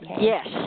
Yes